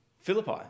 Philippi